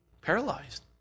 paralyzed